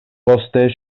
poste